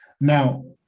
now